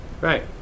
Right